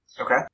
Okay